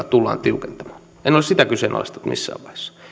tullaan tiukentamaan en ole sitä kyseenalaistanut missään aiheessa